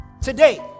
today